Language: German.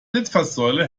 litfaßsäule